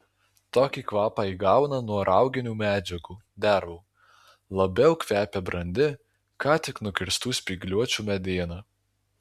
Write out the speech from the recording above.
tokį kvapą įgauna nuo rauginių medžiagų dervų labiau kvepia brandi ką tik nukirstų spygliuočių mediena